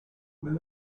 may